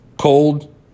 Cold